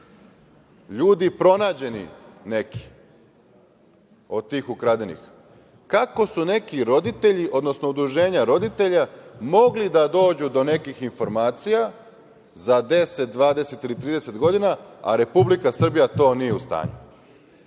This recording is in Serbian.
ljudi pronađeni, neki, od tih ukradenih, kako su neki roditelji, odnosno udruženja roditelja mogli da dođu do nekih informacija za 10, 20 ili 30 godina, a Republika Srbija to nije u stanju?